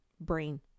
brain